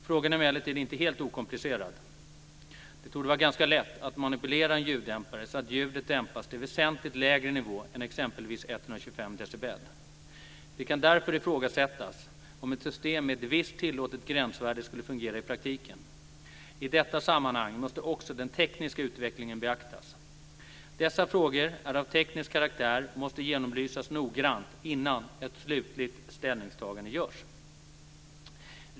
Frågan är emellertid inte helt okomplicerad. Det torde vara ganska lätt att manipulera en ljuddämpare så att ljudet dämpas till väsentligt lägre nivå än exempelvis 125 decibel. Det kan därför ifrågasättas om ett system med ett visst tillåtet gränsvärde skulle fungera i praktiken. I detta sammanhang måste också den tekniska utvecklingen beaktas. Dessa frågor är av teknisk karaktär och måste genomlysas noggrant innan ett slutligt ställningstagande görs.